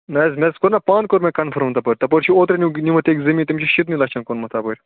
نہَ حظ نہَ مےٚ حظ پانہٕ کوٚر مےٚ کَنفرم تَپٲرۍ چھُ اوترے نِمُت أکۍ زٔمیٖن تٔمۍ چھُ شیٖتنٕے لَچھَن کُنمُت تَپٲرۍ